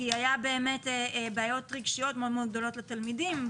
כי היו בעיות רגשיות מאוד מאוד גדולות לתלמידים.